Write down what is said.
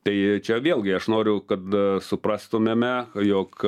tai čia vėlgi aš noriu kad suprastumėme jog